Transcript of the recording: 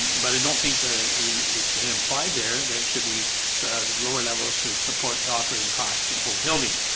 but i don't think the the and implied there that should be the lower level should support the operating cost for the whole building